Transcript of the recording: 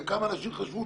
כמה אנשים אמרו,